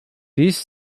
these